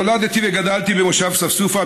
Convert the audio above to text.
נולדתי וגדלתי במושב ספסופה,